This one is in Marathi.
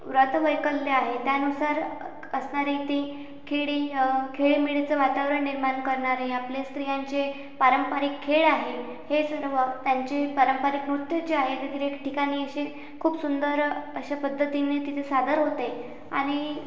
व्रतवैकल्य आहे त्यानुसार असणारे ती खेळी खेळीमेळीचं वातावरण निर्माण करणारे आपले स्त्रियांचे पारंपरिक खेळ आहे हे सर्व त्यांचे पारंपरिक नृत्य जे आहे ते तिथे ठिकाणी असे खूप सुंदर अशा पद्धतीने तिथे सादर होते आणि